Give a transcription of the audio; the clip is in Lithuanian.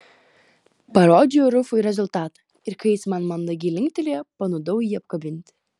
parodžiau rufui rezultatą ir kai jis man mandagiai linktelėjo panūdau jį apkabinti